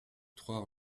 trois